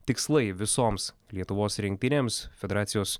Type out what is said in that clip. tikslai visoms lietuvos rinktinėms federacijos